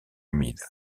humides